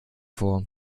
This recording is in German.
vor